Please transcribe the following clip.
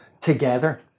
together